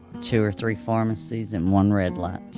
two or three pharmacies and one red light.